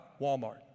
Walmart